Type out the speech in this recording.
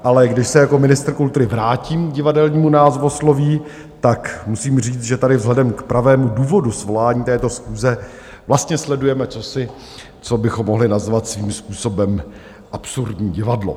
Ale když se jako ministr kultury vrátím k divadelnímu názvosloví, tak musím říct, že tady vzhledem k pravému důvodu svolání této schůze vlastně sledujeme cosi, co bychom mohli nazvat svým způsobem absurdní divadlo.